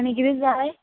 आनी कितें जाय